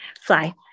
Fly